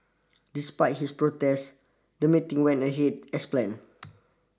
despite his protest the meeting went ahead as planned